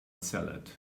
salad